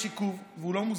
יש עיכוב, והוא לא מוסבר,